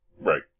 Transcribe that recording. Right